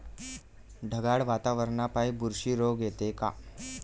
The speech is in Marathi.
ढगाळ वातावरनापाई बुरशी रोग येते का?